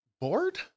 bored